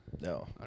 No